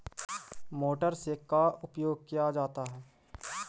Motor से का उपयोग क्या जाता है?